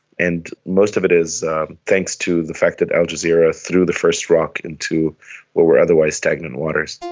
and most of it is thanks to the fact that al jazeera threw the first rock into what were otherwise stagnant waters.